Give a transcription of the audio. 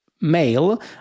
male